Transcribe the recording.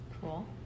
Cool